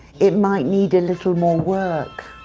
it might need a little more work.